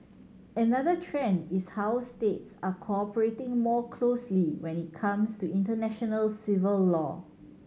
another trend is how states are cooperating more closely when it comes to international civil law